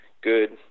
good